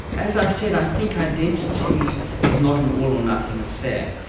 as i said, i think identity is not an all or nothing affair.